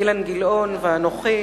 אילן גילאון ואנוכי.